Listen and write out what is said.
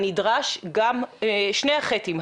הנדרש גם שני הח"תים,